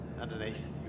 underneath